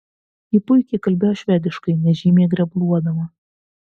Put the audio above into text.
ji puikiai kalbėjo švediškai nežymiai grebluodama